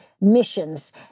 missions